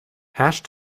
hash